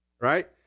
Right